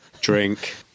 drink